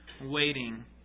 waiting